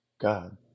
God